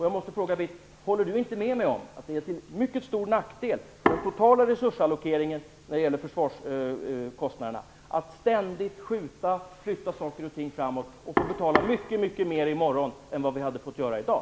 Jag måste fråga Britt Bohlin: Håller Britt Bohlin inte med mig om att det är till mycket stor nackdel för den totala resursallokeringen till försvaret att ständigt skjuta saker och ting på framtiden och få betala mycket mer i morgon än vad vi hade fått göra i dag?